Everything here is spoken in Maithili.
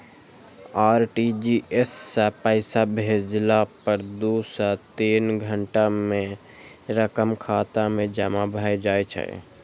आर.टी.जी.एस सं पैसा भेजला पर दू सं तीन घंटा मे रकम खाता मे जमा भए जाइ छै